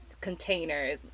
Container